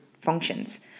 functions